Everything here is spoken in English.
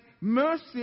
mercy